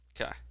Okay